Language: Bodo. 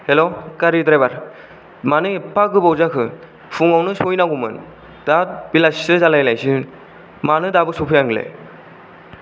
हेलौ गारि ड्रयभार मानो एफ्फा गोबाव जाखो फुङावनो सहैनांगौमोन दा बेलासिसो जालायलायसिगोन मानो दाबो सफैया नोंलाय